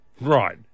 Right